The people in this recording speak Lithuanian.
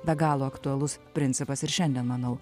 be galo aktualus principas ir šiandien manau